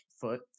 foot